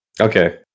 Okay